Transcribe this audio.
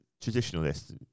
traditionalists